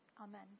Amen